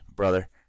brother